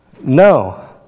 No